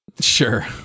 Sure